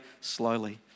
slowly